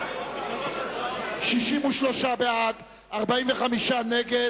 63 בעד, 45 נגד,